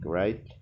right